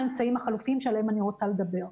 האמצעים החלופיים שעליהם אני רוצה לדבר.